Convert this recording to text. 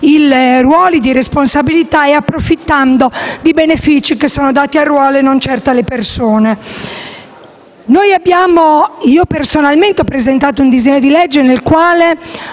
i ruoli di responsabilità e approfittando di benefici legati al ruolo e non certo alle persone. Personalmente ho presentato un disegno di legge in cui